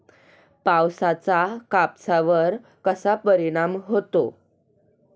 पावसाचा कापसावर कसा परिणाम होतो?